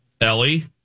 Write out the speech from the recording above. Ellie